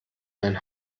mein